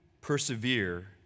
persevere